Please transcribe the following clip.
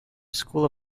school